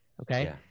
Okay